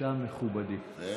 רואה,